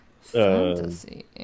Fantasy